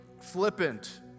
flippant